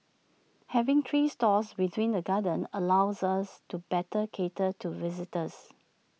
having three stores within the gardens allows us to better cater to visitors